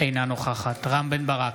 אינה נוכחת רם בן ברק,